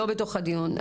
לא בתוך הדיון.